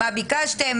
מה ביקשתם,